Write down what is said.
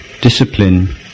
discipline